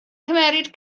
cymryd